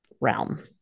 realm